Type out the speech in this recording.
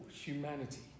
humanity